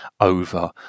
over